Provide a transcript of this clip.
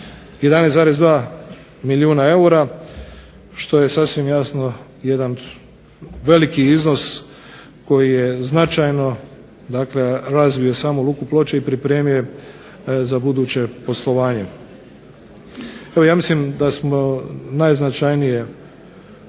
11,2 milijuna eura što je sasvim jasno jedan veliki iznos koji je značajno razvio Luku Ploče i pripremio je za buduće poslovanje. Evo ja mislim da smo najznačajnije